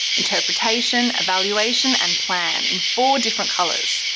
interpretation, evaluation and plan in four different colors.